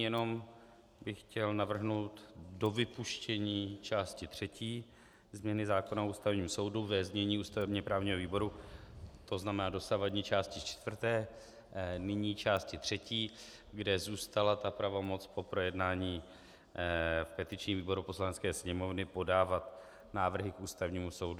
Jenom bych chtěl navrhnout dovypuštění části třetí, změny zákona o Ústavním soudu ve znění ústavněprávního výboru, to znamená dosavadní části čtvrté, nyní části třetí, kde zůstala ta pravomoc po projednání v petičním výboru Poslanecké sněmovny podávat návrhy k Ústavnímu soudu.